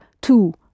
two